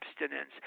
abstinence